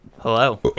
hello